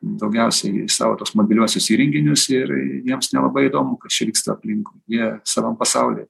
daugiausia į savo tuos mobiliuosius įrenginius ir jiems nelabai įdomu kas čia vyksta aplink jie savam pasauly